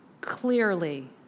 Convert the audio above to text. Clearly